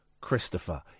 Christopher